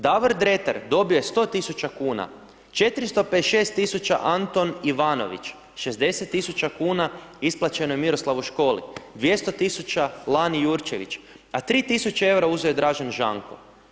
Davor Dretar dobio je 100.000 kuna, 456.000 Anton Ivanović, 60.000 kuna isplaćeno je Miroslavu Školi, 200.000 Lani Jurčević, a 3.000 EUR-a uzeo je Dražen Žanko.